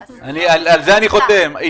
לכן, אני חושב שזה ברוב רגיל.